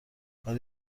ولی